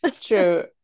true